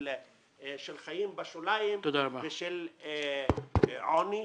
של חיים בשוליים ושל עוני.